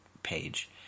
page